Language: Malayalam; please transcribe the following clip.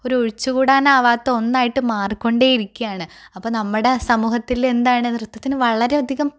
ഒരു ഒഴിച്ചുകൂടാനാവാത്ത ഒന്നായിട്ട് മാറിക്കൊണ്ടേയിരിക്കുകയാണ് അപ്പം നമ്മുടെ സമൂഹത്തിലെന്താണ് നൃത്തത്തിന് വളരെയധികം